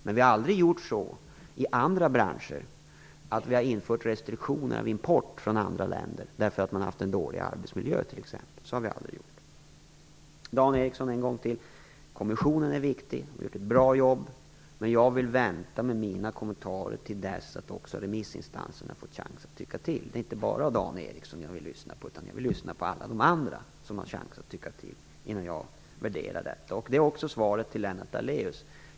Men vi har aldrig i andra branscher infört restriktioner för import från andra länder, därför att man där har haft en dålig arbetsmiljö t.ex. Dan Ericsson, än en gång vill jag säga att kommissionen är viktig. De har gjort ett bra jobb, men jag vill vänta med mina kommentarer till dess att också remissinstanserna har fått chans att tycka till. Det är inte bara Dan Ericsson som jag vill lyssna på, utan jag vill också lyssna på alla andra som har en chans att tycka till innan jag gör en värdering. Det är också mitt svar till Lennart Daléus.